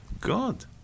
God